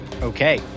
Okay